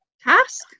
task